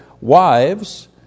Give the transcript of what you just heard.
Wives